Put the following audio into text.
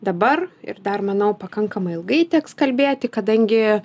dabar ir dar manau pakankamai ilgai teks kalbėti kadangi